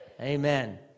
Amen